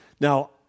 Now